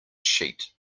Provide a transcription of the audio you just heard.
sheet